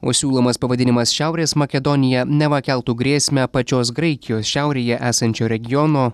o siūlomas pavadinimas šiaurės makedonija neva keltų grėsmę pačios graikijos šiaurėje esančio regiono